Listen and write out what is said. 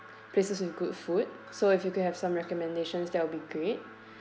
places with good food so if you could have some recommendations that will be great